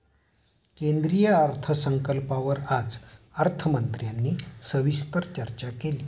केंद्रीय अर्थसंकल्पावर आज अर्थमंत्र्यांनी सविस्तर चर्चा केली